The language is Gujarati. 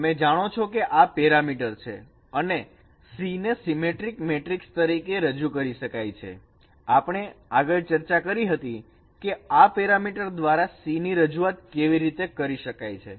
તમે જાણો છો કે આ પેરામીટર છે અને C ને સીમેટ્રિક મેટ્રિક્સ તરીકે રજૂ કરી શકાય છે આપણે આગળ ચર્ચા કરી હતી કે આ પેરામીટર દ્વારા C ની રજૂઆત કેવી રીતે કરી શકાય છે